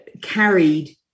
carried